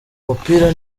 umupira